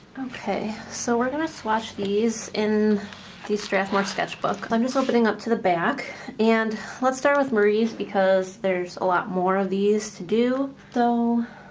okay, so we're gonna swatch these in these strathmore sketchbook i'm just opening up to the back and let's start with marie's because there's a lot more of these to do. so.